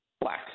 black